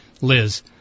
Liz